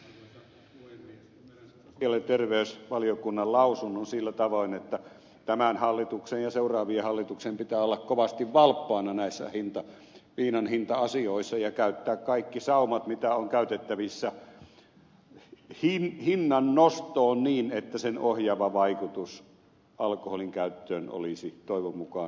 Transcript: ymmärrän sosiaali ja terveysvaliokunnan lausunnon sillä tavoin että tämän hallituksen ja seuraavien hallitusten pitää olla kovasti valppaana näissä viinanhinta asioissa ja käyttää kaikki saumat mitä on käytettävissä hinnan nostoon niin että sen ohjaava vaikutus alkoholinkäyttöön olisi toivon mukaan merkittävä